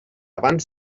abans